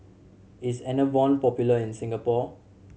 is Enervon popular in Singapore